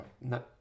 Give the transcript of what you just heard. no